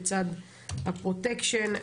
לצד הפרוטקשן.